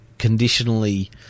Conditionally